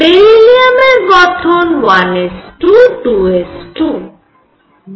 বেরিলিয়ামের গঠন 1 s 2 2 s 2